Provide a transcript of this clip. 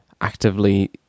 actively